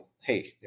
hey